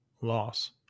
Loss